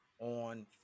on